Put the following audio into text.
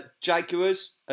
Jaguars